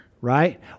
Right